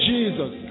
Jesus